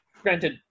granted